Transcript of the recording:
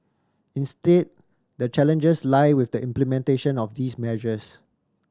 instead the challenges lie with the implementation of these measures